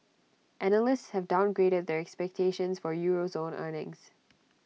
analysts have downgraded their expectations for euro zone earnings